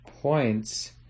points